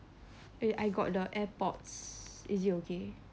wait I got the AirPods is it okay